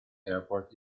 airport